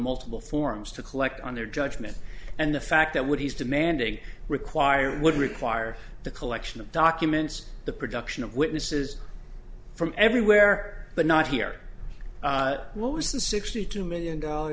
multiple forms to collect on their judgment and the fact that what he's demanding requirement would require the collection of documents the production of witnesses from everywhere but not here what was the sixty two million dollar